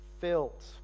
filled